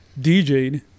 DJed